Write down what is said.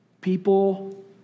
People